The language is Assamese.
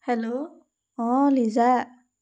hello uh Liza